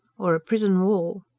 or a prison wall.